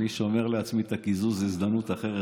אני שומר לעצמי את הקיזוז להזדמנות אחרת.